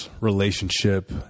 relationship